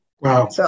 Wow